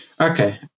Okay